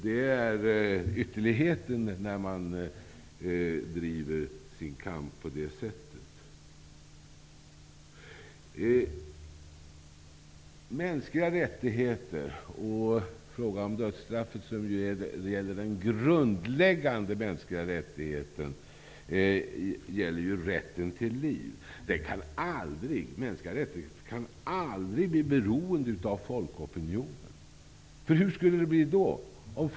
Det är ytterligheten, när man driver sin kamp på det sättet. Mänskliga rättigheter, och frågan om dödsstraffet som gäller den grundläggande mänskliga rättigheten, gäller rätten till liv. Mänskliga rättigheter kan aldrig få bli beroende av folkopinionen. Hur skulle det då bli?